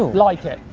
like it,